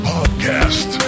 Podcast